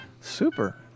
Super